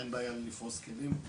אין בעיה עם לפרוס כלים,